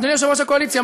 אדוני יושב-ראש הקואליציה,